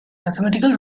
mathematical